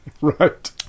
Right